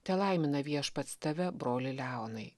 telaimina viešpats tave broli leonai